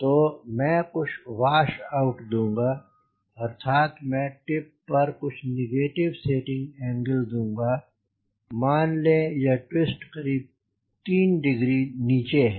तो मैं कुछ वाश आउट दूँगा अर्थात मैं टिप पर कुछ नेगेटिव सेटिंग एंगल दूँगा मान लें यह ट्विस्ट करीब 3 डिग्री नीचे है